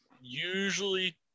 usually